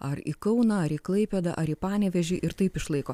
ar į kauną ar į klaipėdą ar į panevėžį ir taip išlaiko